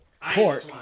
Pork